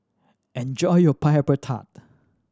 enjoy your Pineapple Tart